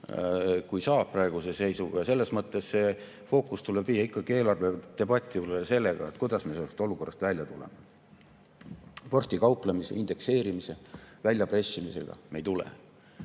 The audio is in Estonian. kui saab praeguse seisuga, ja selles mõttes see fookus tuleb viia ikkagi eelarvedebatti, et kuidas me sellest olukorrast välja tuleme. Vorstikauplemise, indekseerimise, väljapressimisega me ei tule.